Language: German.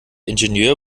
ingenieur